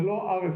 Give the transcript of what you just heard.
זה לא RFI,